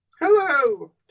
Hello